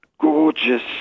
gorgeous